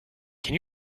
can